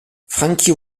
frankie